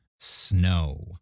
snow